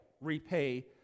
repay